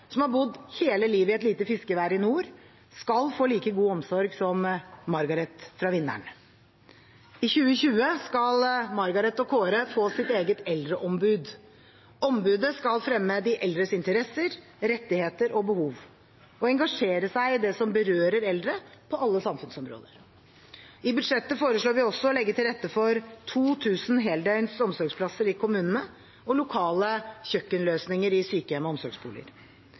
som har bodd hele livet i et lite fiskevær i nord, skal få like god omsorg som Margareth fra Vinderen. I 2020 skal Margareth og Kåre få sitt eget eldreombud. Ombudet skal fremme de eldres interesser, rettigheter og behov og engasjere seg i det som berører eldre på alle samfunnsområder. I budsjettet foreslår vi også å legge til rette for 2 000 heldøgns omsorgsplasser i kommunene og lokale kjøkkenløsninger i sykehjem og omsorgsboliger.